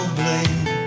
blame